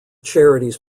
charities